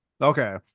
Okay